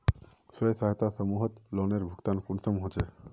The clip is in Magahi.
स्वयं सहायता समूहत लोनेर भुगतान कुंसम होचे?